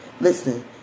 Listen